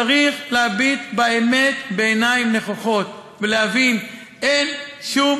צריך להביט באמת בעיניים נכוחות ולהבין: אין שום